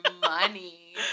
money